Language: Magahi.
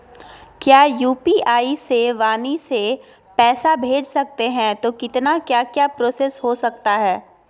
क्या यू.पी.आई से वाणी से पैसा भेज सकते हैं तो कितना क्या क्या प्रोसेस हो सकता है?